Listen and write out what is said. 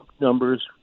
numbers